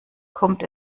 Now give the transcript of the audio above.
kommt